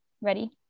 Ready